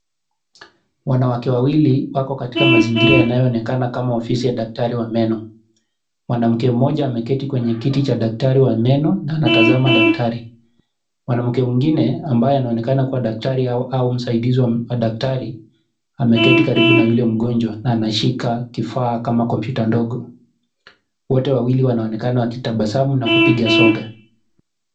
Wanawake wawili wako katika mazingira yanayoonekana kama ofisi ya daktari wa meno. Mwanamke mmoja ameketi kwenye kiti cha daktari wa meno na anatazama daktari. Mwanamke mwingine ambaye anaonekana kuwa daktari au msaidizi wa daktari ameketi karibu na yule mgonjwa na anashika kifaa kama komputa ndogo. Wote wawili wanaonekana wakitabasamu na kupiga soga.